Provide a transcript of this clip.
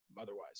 otherwise